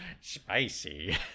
spicy